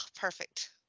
perfect